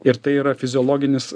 ir tai yra fiziologinis